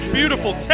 beautiful